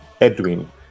Edwin